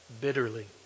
bitterly